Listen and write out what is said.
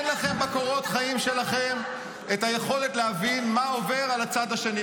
אין לכם בקורות החיים שלכם את היכולת להבין מה עובר על הצד השני.